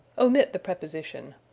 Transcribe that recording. omit the preposition.